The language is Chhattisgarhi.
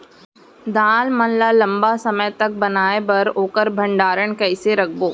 दाल मन ल लम्बा समय तक बनाये बर ओखर भण्डारण कइसे रखबो?